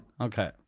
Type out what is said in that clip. Okay